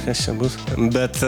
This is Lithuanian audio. kas čia bus bet